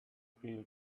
feel